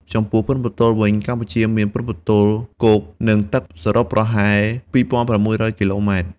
ចំពោះព្រំប្រទល់វិញ ប្រទេសកម្ពុជាមានព្រំប្រទល់គោក និងទឹកសរុបប្រវែងប្រហែល ២.៦០០ គីឡូម៉ែត្រ។